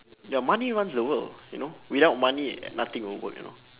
ya money runs the world you know without money nothing will work you know